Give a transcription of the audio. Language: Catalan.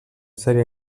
sèrie